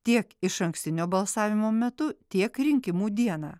tiek išankstinio balsavimo metu tiek rinkimų dieną